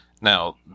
Now